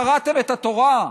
קראתם את התורה?